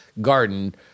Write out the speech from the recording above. garden